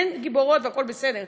הן גיבורות והכול בסדר,